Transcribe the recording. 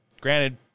Granted